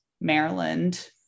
Maryland